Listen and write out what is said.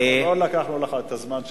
אנחנו לא לקחנו לך את הזמן שלך,